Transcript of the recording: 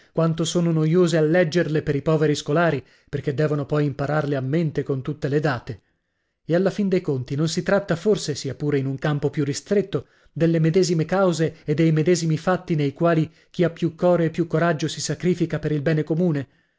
quanto sono noiose a leggerle per i poveri scolari perché devono poi impararle a mente con tutte le date e alla fin dei conti non si tratta forse sia pure in un campo più ristretto delle medesime cause e dei medesimi fatti nei quali chi ha più core e più coraggio si sacrifica per il bene comune